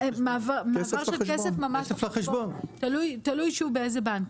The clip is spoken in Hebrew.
מעבר של כסף ממש לחשבון, תלוי באיזה בנק.